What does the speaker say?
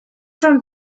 from